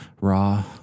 raw